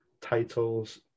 titles